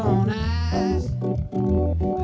oh boy